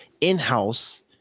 in-house